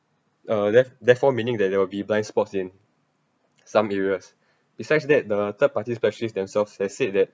uh theref~ therefore meaning that there'll be blind spots in some areas besides that the third party specialist themselves have said that